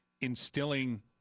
instilling